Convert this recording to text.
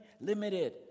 limited